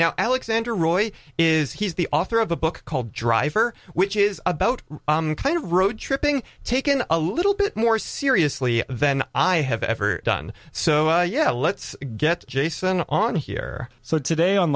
y alexander roy is he's the author of a book called driver which is about kind of road tripping taken a little bit more seriously than i have ever done so yeah let's get jason on here so today on